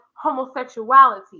homosexuality